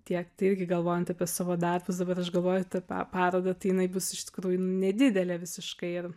tiek tai irgi galvojant apie savo darbus dabar aš galvoju ta parodą tai jinai bus iš tikrųjų nedidelė visiškai ir